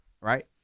right